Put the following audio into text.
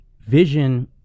Vision